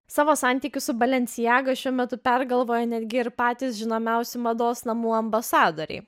savo santykius su balencijaga šiuo metu pergalvoja netgi ir patys žinomiausi mados namų ambasadoriai